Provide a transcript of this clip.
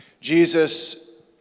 Jesus